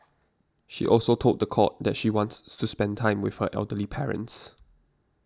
she also told the court that she wants to spend time with her elderly parents